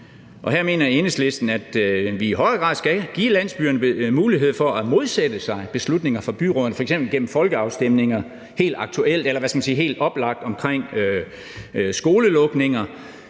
Her mener Enhedslisten, at vi i højere grad skal give landsbyerne mulighed for at modsætte sig beslutninger fra byrådene, f.eks. gennem folkeafstemninger, helt oplagt kunne det være omkring skolelukninger,